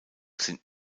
sind